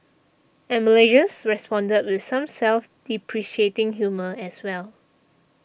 and Malaysians responded with some self depreciating humour as well